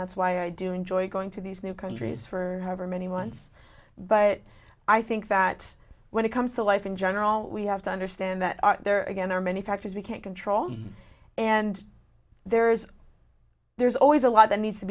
that's why i do enjoy going to these new countries for her many months but i think that when it comes to life in general we have to understand that our there again are many factors we can't control and there's there's always a lot that needs to